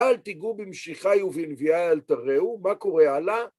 אל תיגעו במשיחיי ובנביאיי אל תרעו, מה קורה הלאה?